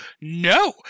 No